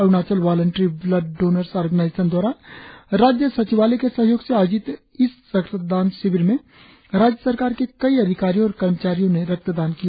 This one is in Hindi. Arunachal Voluntary Blood Donors Organisation दवारा राज्य सचिवालय के सहयोग से आयोजित इस रक्तदान शिविर में राज्य सरकार के कई अधिकारियों और कर्मचारियों ने रक्तदान किया